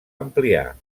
ampliar